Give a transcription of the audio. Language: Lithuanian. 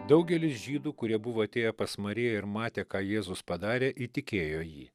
daugelis žydų kurie buvo atėję pas mariją ir matė ką jėzus padarė įtikėjo jį